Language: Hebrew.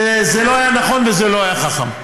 וזה לא היה נכון וזה לא היה חכם.